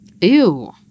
Ew